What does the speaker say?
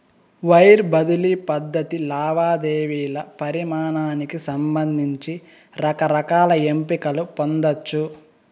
wire బదిలీ పద్ధతి లావాదేవీల పరిమానానికి సంబంధించి రకరకాల ఎంపికలు పొందచ్చు